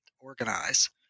organize